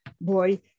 boy